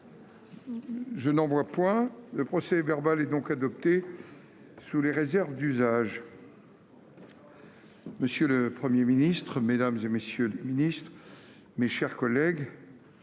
d'observation ?... Le procès-verbal est adopté sous les réserves d'usage. Monsieur le Premier ministre, mesdames, messieurs les ministres, mes chers collègues,